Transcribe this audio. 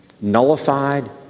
nullified